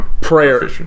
Prayer